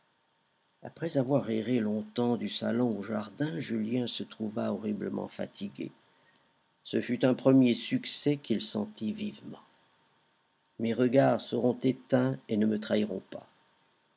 après avoir erré longtemps du salon au jardin julien se trouva horriblement fatigué ce fut un premier succès qu'il sentit vivement mes regards seront éteints et ne me trahiront pas